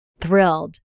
thrilled